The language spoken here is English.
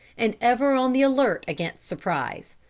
and ever on the alert against surprise.